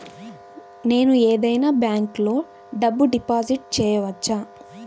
నేను ఏదైనా బ్యాంక్లో డబ్బు డిపాజిట్ చేయవచ్చా?